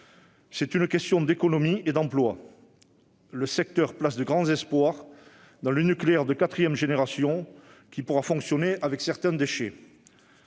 C'est une question d'économie et d'emplois. Le secteur place de grands espoirs dans le nucléaire de quatrième génération, qui pourra fonctionner avec certains déchets.